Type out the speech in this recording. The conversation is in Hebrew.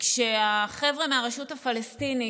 כשהחבר'ה מהרשות הפלסטינית,